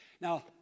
Now